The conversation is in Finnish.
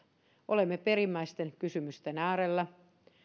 olemme perimmäisten kysymysten äärellä